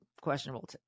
questionable